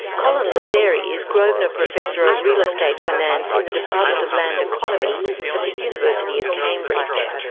colin lizieri is grosvenor professor of real estate finance in the department of land economy at the university of cambridge.